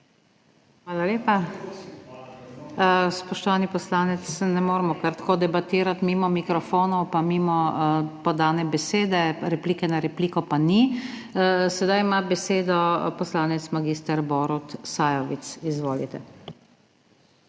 dvorane/ Spoštovani poslanec, ne moremo kar tako debatirati mimo mikrofonov in mimo podane besede, replike na repliko pa ni. Zdaj ima besedo poslanec mag. Borut Sajovic. Izvolite.